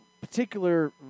particular